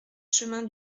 chemin